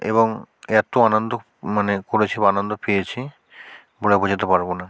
এবং এত আনন্দ মানে করেছি বা আনন্দ পেয়েছি বলে বোঝাতে পারব না